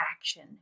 action